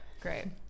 Great